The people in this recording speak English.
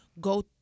go